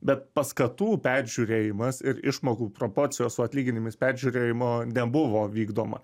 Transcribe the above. bet paskatų peržiūrėjimas ir išmokų proporcijos su atlyginimais peržiūrėjimo nebuvo vykdoma